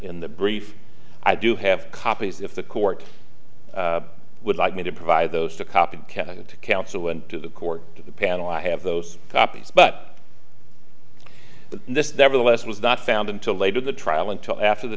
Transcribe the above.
in the brief i do have copies if the court would like me to provide those to copy to counsel and to the court or the panel i have those copies but but nevertheless was not found until later the trial until after the